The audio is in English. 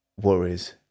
worries